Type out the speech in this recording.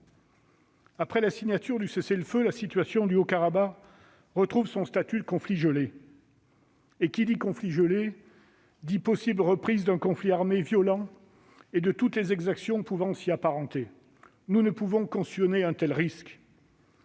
Après la signature de ce cessez-le-feu, la situation au Haut-Karabagh retrouve son statut de conflit gelé. Et qui dit conflit gelé dit possible reprise d'un conflit armé violent et de toutes les exactions afférentes. Nous ne pouvons cautionner un tel risque.